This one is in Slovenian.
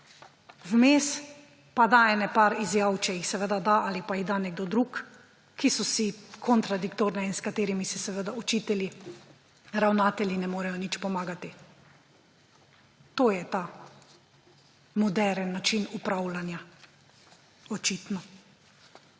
vmes pa da par izjav, če jih seveda da ali pa jih da nekdo drug, ki so si kontradiktorna in s katerimi se seveda učitelji, ravnatelji ne morejo nič pomagati. To je ta moderen način upravljana. Očitno.